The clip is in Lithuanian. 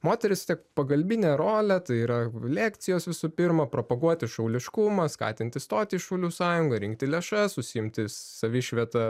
moteris vis tiek pagalbinė rolė tai yra lekcijos visų pirma propaguoti šauliškumą skatinti stoti į šaulių sąjungą rinkti lėšas užsiimti savišvieta